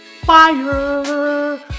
fire